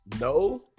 No